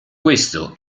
questo